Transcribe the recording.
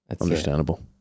understandable